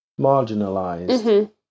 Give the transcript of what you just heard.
marginalized